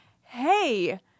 hey